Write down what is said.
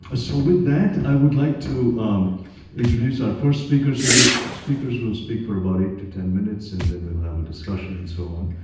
so with that, i would like to introduce our first speaker. so these speakers will speak for about eight to ten minutes, and then we'll have a discussion and so on.